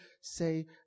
say